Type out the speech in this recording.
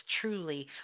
truly